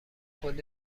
خانومه